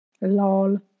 Lol